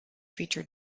feature